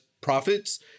profits